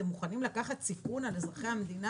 אתם מוכנים לקחת סיכון על אזרחי המדינה